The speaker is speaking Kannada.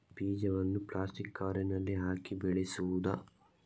ಬೀಜವನ್ನು ಪ್ಲಾಸ್ಟಿಕ್ ಕವರಿನಲ್ಲಿ ಹಾಕಿ ಬೆಳೆಸುವುದಾ?